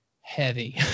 heavy